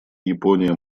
япония